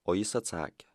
o jis atsakė